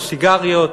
על סיגריות,